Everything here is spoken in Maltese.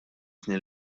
snin